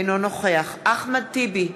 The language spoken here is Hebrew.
אינו נוכח אחמד טיבי,